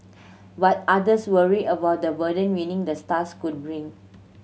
but others worry about the burden winning the stars could bring